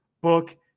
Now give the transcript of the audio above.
book